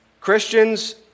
Christians